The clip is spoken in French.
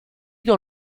dans